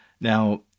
Now